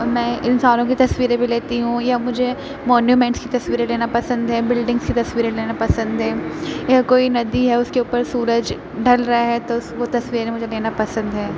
اور میں انسانوں کی تصویریں بھی لیتی ہوں یا مجھے مونیومینٹس کی تصویریں لینا پسند ہے بلڈنگس کی تصویریں لینا پسند ہے یا کوئی ندی ہے یا اس کے اوپر سورج ڈھل رہا ہے تو اس وہ تصویریں مجھے لینا پسند ہے